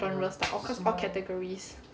not genres like across all categories